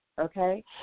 okay